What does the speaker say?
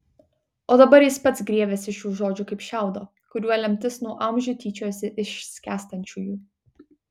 o dabar jis pats griebėsi šių žodžių kaip šiaudo kuriuo lemtis nuo amžių tyčiojasi iš skęstančiųjų